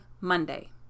Monday